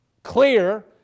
clear